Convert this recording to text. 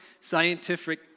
scientific